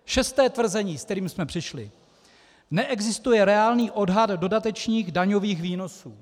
Šesté tvrzení, s kterým jsme přišli: Neexistuje reálný odhad dodatečných daňových výnosů.